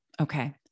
Okay